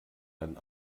dann